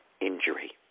injury